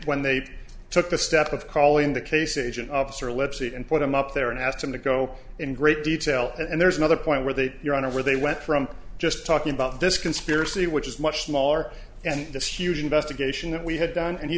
when they took the step of calling the case agent officer let's see and put them up there and ask them to go in great detail and there's another point where they your honor where they went from just talking about this conspiracy which is much smaller than this huge investigation that we had done an